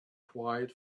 quiet